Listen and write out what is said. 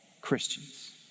Christians